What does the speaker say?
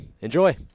enjoy